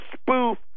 spoof